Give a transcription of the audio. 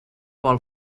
vol